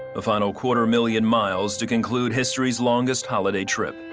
ah final quarter million miles to conclude histories longest holiday trip.